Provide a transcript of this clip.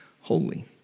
holy